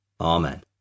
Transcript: amen